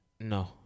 No